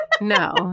No